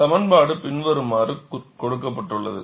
சமன்பாடு பின்வருமாறு கொடுக்கப்பட்டுள்ளது